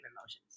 emotions